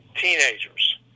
teenagers